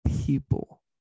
people